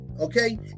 okay